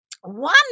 One